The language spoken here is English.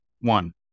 One